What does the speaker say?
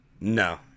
No